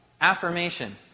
Affirmation